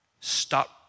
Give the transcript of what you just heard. Stop